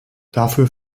dafür